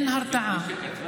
אין הרתעה.